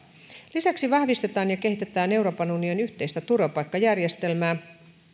lisäksi vahvistetaan ja kehitetään euroopan unionin yhteistä turvapaikkajärjestelmää